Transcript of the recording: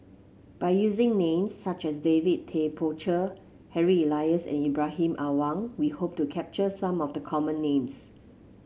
by using names such as David Tay Poey Cher Harry Elias and Ibrahim Awang we hope to capture some of the common names